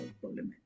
problem